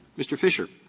mr. fisher.